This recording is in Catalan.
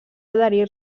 adherir